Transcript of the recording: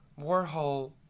Warhol